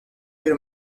bir